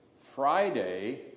Friday